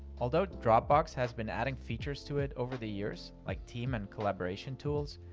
although dropbox has been adding features to it over the years, like team and collaboration tools,